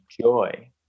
joy